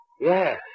Yes